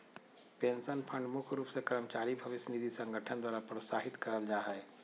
pension fund मुख्य रूप से कर्मचारी भविष्य निधि संगठन द्वारा प्रोत्साहित करल जा हय